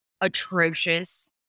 atrocious